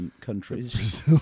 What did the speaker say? countries